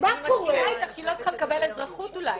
אני מסכימה איתך שהיא לא צריכה לקבל אזרחות אולי,